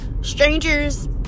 strangers